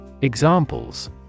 Examples